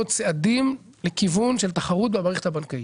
צעדים לכיוון של תחרות במערכת הבנקאית.